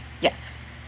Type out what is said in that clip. Yes